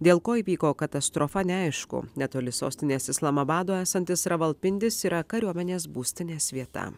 dėl ko įvyko katastrofa neaišku netoli sostinės islamabado esantis ravalpindis yra kariuomenės būstinės vieta